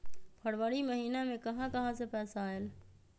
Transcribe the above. फरवरी महिना मे कहा कहा से पैसा आएल?